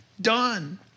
done